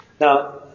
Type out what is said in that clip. now